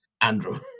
Andrew